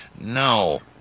No